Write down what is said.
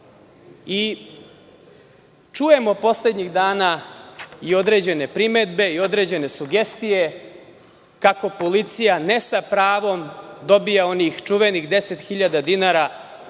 Srbije. Poslednjih dana čujemo određene primedbe i sugestije kako policija ne sa pravom dobija onih čuvenih 10.000 dinara